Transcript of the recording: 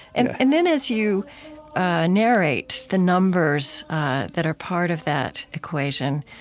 and and then, as you narrate, the numbers that are part of that equation,